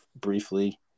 briefly